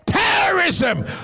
Terrorism